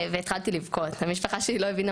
היא לא הצליחה לגייס את הכסף עד שהיא הגיעה